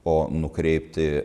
o nukreipti